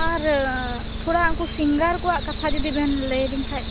ᱟᱨ ᱛᱷᱳᱲᱟ ᱩᱱᱠᱩ ᱥᱤᱝᱜᱟᱨ ᱠᱚᱣᱟᱜ ᱠᱟᱛᱷᱟ ᱡᱩᱫᱤ ᱵᱤᱱ ᱞᱟ ᱭᱟ ᱞᱤᱧ ᱠᱷᱟᱱ